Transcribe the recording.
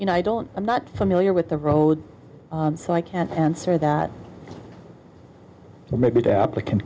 now i don't i'm not familiar with the road so i can't answer that maybe the applicant